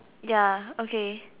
ya okay